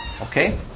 okay